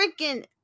freaking